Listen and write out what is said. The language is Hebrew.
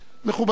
מכובדי,